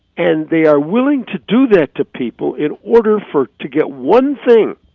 and they are willing to do that to people in order for to get one thing.